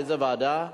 איזו ועדה,